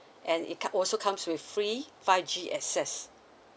and it co~ also comes with free five G access